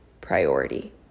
priority